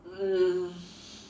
um